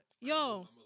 yo